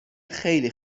خیلی